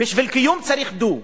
בשביל קיום צריך דו.